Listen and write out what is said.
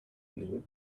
new